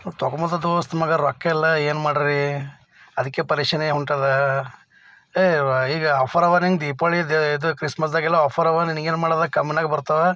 ತಗೊಳ್ಬೋದದು ದೋಸ್ತ್ ಮಗಾ ರೊಕ್ಕ ಇಲ್ಲ ಏನು ಮಾಡ್ರಿ ಅದಕ್ಕೆ ಪರಿಶಾನಿ ಹೊಂಟದ ಯೇ ಈಗ ಆಫರ್ ಅವಾ ನಿಂಗೆ ದೀಪಾವಳಿದು ಇದು ಕ್ರಿಸ್ಮಸ್ದಾಗೆಲ್ಲ ಆಫರ್ ಅವಾ ನಿಂಗೇನು ಮಾಡೋದಕ್ಕೆ ಕಮ್ನಾಗ ಬರ್ತಾವ